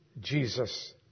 Jesus